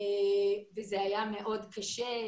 וזה היה מאוד קשה.